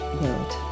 world